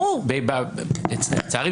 לצערי,